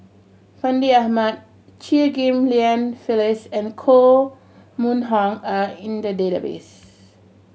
Fandi Ahmad Chew Ghim Lian Phyllis and Koh Mun Hong are in the database